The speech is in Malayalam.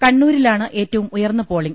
കണ്ണൂരിലാണ് ഏറ്റവും ഉയർന്ന പോളിങ്